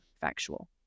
factual